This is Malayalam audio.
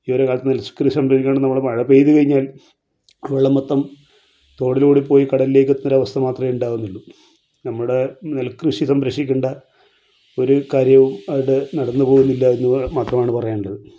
ഈ ഒരു കാലത്ത് നെൽക്കൃഷി സംരക്ഷിക്കണമെന്ന് മഴ പെയ്തു കഴിഞ്ഞാൽ വെള്ളം മൊത്തം തോടിലൂടെ പോയി കടലിലേക്ക് എത്തുന്നൊരവസ്ഥ മാത്രമേ ഉണ്ടാകുന്നുള്ളൂ നമ്മുടെ നെൽക്കൃഷി സംരക്ഷിക്കേണ്ട ഒരു കാര്യവും അവിടെ നടന്ന് പോകുന്നില്ല എന്ന് മാത്രമാണ് പറയാനുള്ളത്